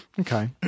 Okay